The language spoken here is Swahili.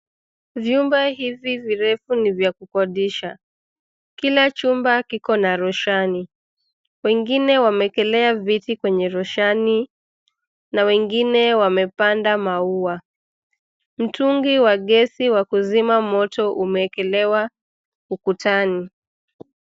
Vyumba hivi virefu ni vya kukodisha. Kila chumba kiko na roshani. Wengine wamekelea viti kwenye roshani na wengine wamepanda maua. Mtungi wa gesi wa kuzima moto umeekelewa ukutani.